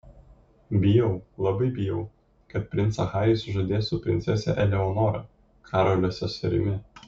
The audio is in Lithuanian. bijau labai bijau kad princą harį sužadės su princese eleonora karolio seserimi